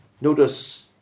Notice